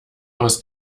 aus